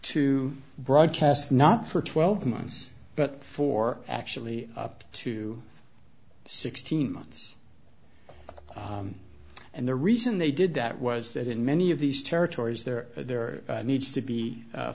to broadcast not for twelve months but for actually up to sixteen months and the reason they did that was that in many of these territories there there needs to be